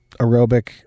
aerobic